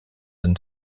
and